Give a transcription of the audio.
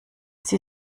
sie